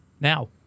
now